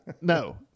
no